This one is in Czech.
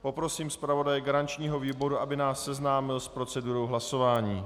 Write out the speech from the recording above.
Poprosím zpravodaje garančního výboru, aby nás seznámil s procedurou hlasování.